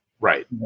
Right